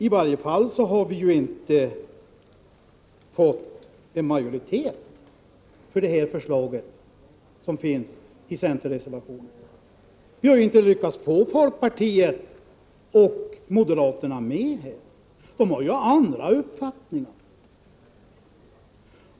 I varje fall hade vi inte fått en majoritet för det förslag som finns i centerreservationen. Vi hade inte lyckats få folkpartiet och moderaterna med. De har andra uppfattningar.